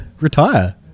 Retire